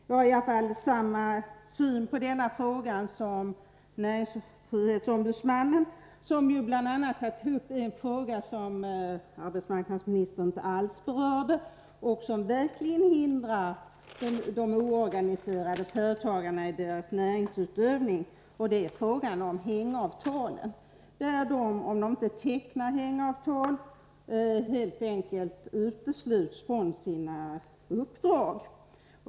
Jag har i alla fall samma syn på den här frågan som näringsfrihetsombudsmannen, vilken ju bl.a. tagit upp en fråga som arbetsmarknadsministern inte alls berörde. De oorganiserade företagarna hindras ju verkligen i sin näringsutövning. Det gäller alltså frågan om hängavtalen. Om hängavtal inte tecknas, utesluts de oorganiserade företagarna helt enkelt från sina uppdrag.